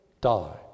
die